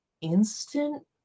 instant